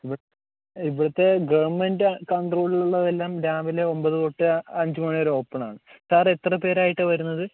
ഇവിടത്തെ ഗവൺമെൻ്റ് കൺട്രോളിൽ ഉള്ളതെല്ലാം രാവിലെ ഒൻമ്പത് തൊട്ട് അഞ്ച് മണി വരെ ഓപ്പൺ ആണ് സർ എത്ര പേരായിട്ടാണ് വരുന്നത്